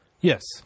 Yes